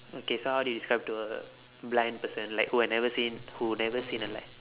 okay so how do you describe to a blind person like who have never seen who never seen a lion